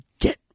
get